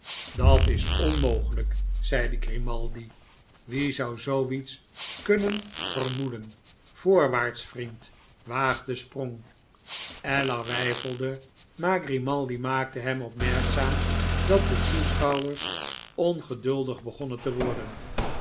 dat is onmogelijk zeide grimaldi wie zou zoo iets kunnen vermoeden voorwaarts vriend waag den sprong ellar weifelde maar grimaldi maakte hem opmerkzaam dat de toeschouwers ongeduldig begonnen te worden